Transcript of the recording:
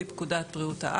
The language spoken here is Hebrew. משרד המשפטים,